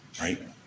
Right